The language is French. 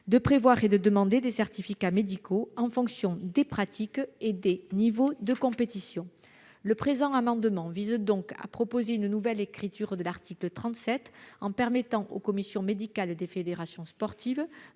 pour demander des certificats médicaux en fonction des pratiques et des niveaux de compétition. Le présent amendement vise donc à proposer une nouvelle écriture de l'article 37 pour permettre aux commissions médicales des fédérations sportives,